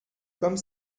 comme